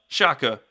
Shaka